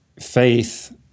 faith